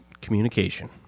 communication